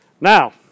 Now